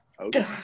Okay